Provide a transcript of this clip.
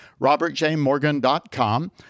robertjmorgan.com